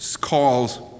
calls